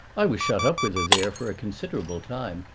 i was shut up with her there for a considerable time,